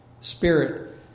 spirit